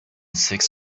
six